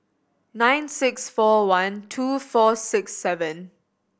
nine six four one two four six seven